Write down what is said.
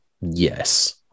Yes